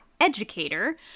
educator